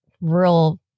real